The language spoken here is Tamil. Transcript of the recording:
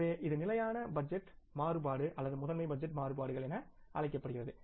எனவே இது ஸ்டாடிக் பட்ஜெட் மாறுபாடு அல்லது முதன்மை பட்ஜெட் மாறுபாடுகள் என அழைக்கப்படுகிறது